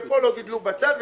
ופה לא גידלו בצל,